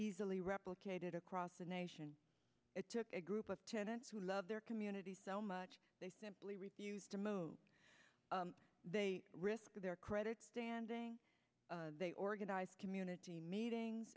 easily replicated across the nation it took a group of tenants who love their community so much they simply refused to move they risk their credit standing they organized community meeting